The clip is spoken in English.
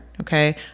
Okay